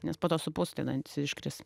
nes po to supus tie dantys ir iškris